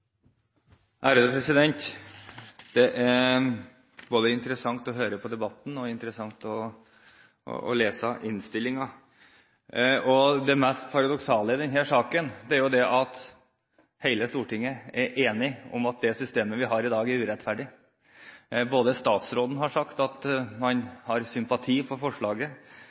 interessant å høre både på debatten og å lese innstillingen. Og det mest paradoksale i denne saken er at hele Stortinget er enige om at det systemet vi har i dag, er urettferdig. Statsråden har sagt at man har sympati for forslaget.